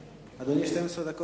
בקואליציה?